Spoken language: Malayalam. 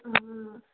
ആ